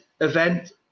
event